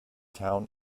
town